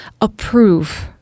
approve